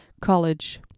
College